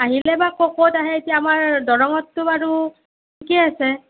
আহিলে বা ক'ত আহে এতিয়া আমাৰ দৰঙতটো বাৰু ঠিকে আছে